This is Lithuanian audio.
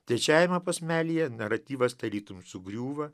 trečiajame posmelyje naratyvas tarytum sugriūva